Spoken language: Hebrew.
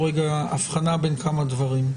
צריך לעשות הבחנה בין כמה דברים.